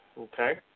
Okay